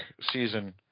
season